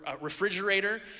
refrigerator